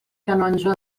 canonge